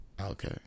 Okay